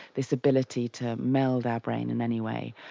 this ability to meld our brain in any way.